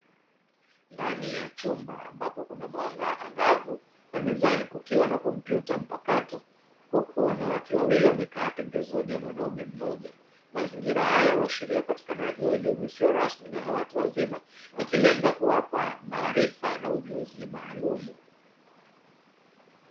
Ndani ya chumba ambapo kuna mwanga angavu na mezani kukiwa na kompyuta mpakato, huku wanawake wawili wamekaa pembezoni mwa mwanaume mmoja. Mazingira haya huashiria upatikanaji wa elimu isiyo rasmi na ya watu wazima ikilenga kuwapa maarifa na ujuzi maalumu.